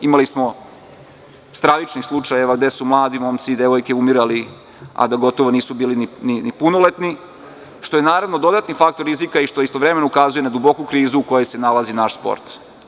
Imali smo stravičnih slučajeva gde su mladi momci i devojke umirali, a da gotovo nisu ni bili punoletni, što je naravno dodatni faktor rizika i što istovremeno ukazuje na duboku krizu u kojoj se nalazi naš sport.